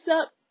up